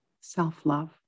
self-love